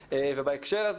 שרית,